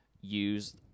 use